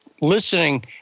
listening